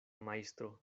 majstro